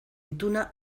ituna